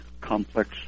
complex